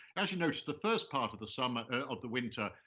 as you notice, the first part of the summer, of the winter,